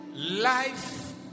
Life